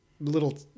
Little